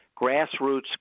grassroots